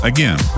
Again